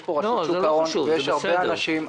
יש פה רשות שוק ההון ויש הרבה אנשים.